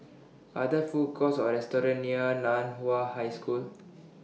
Are There Food Courts Or restaurants near NAN Hua High School